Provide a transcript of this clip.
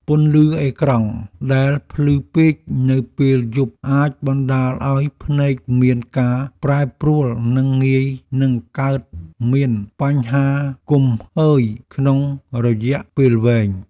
ពន្លឺអេក្រង់ដែលភ្លឺពេកនៅពេលយប់អាចបណ្ដាលឱ្យភ្នែកមានការប្រែប្រួលនិងងាយនឹងកើតមានបញ្ហាគំហើញក្នុងរយៈពេលវែង។